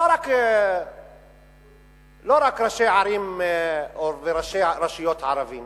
לא רק של ראשי ערים וראשי רשויות ערבים